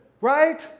Right